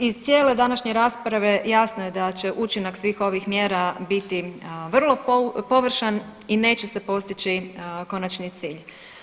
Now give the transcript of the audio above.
Iz cijele današnje rasprave jasno je da će učinak svih ovih mjera biti vrlo površan i neće se postići konačni cilj.